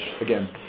Again